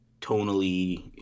tonally